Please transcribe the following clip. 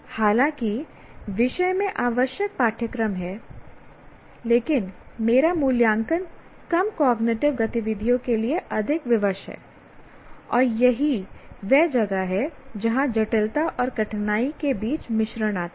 हालांकि विषय में आवश्यक पाठ्यक्रम है लेकिन मेरा मूल्यांकन कम कॉग्निटिव गतिविधियों के लिए अधिक विवश है और यही वह जगह है जहां जटिलता और कठिनाई के बीच मिश्रण आता है